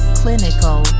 clinical